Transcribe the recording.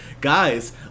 guys